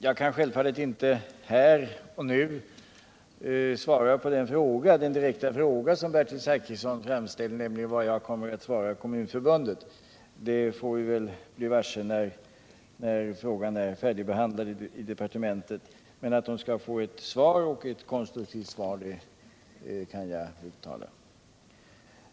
Jag kan självfallet inte här och nu svara på den direkta fråga som Bertil Zachrisson framställde, nämligen vad jag kommer att svara Kommunförbundet. Det får man väl bli varse när frågan är färdigbehandlad i departementet. Men att förbundet skall få ett svar, och ett konstruktivt svar, kan jag uttala.